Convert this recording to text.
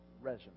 resume